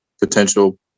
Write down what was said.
potential